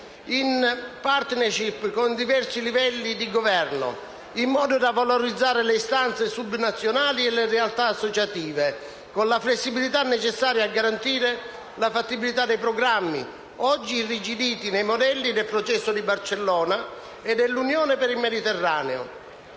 in *partnership* con i diversi livelli di governo, in modo da valorizzare le istanze sub-nazionali e le realtà associative, con la flessibilità necessaria a garantire la fattibilità dei programmi, oggi irrigiditi, nei modelli del Processo di Barcellona e dell'Unione per il Mediterraneo,